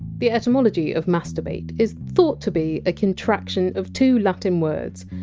the etymology of! masturbate! is thought to be a contraction of two latin words!